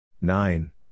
nine